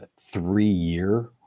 three-year